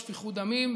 שפיכות דמים,